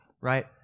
right